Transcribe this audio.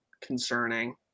concerning